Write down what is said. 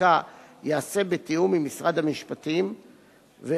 החקיקה ייעשה בתיאום עם משרד המשפטים ועל,